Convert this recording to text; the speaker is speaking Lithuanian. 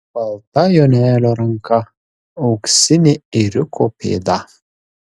balta jonelio ranka auksinė ėriuko pėda